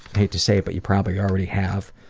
hate to say it, but you probably already have,